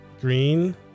green